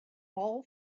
all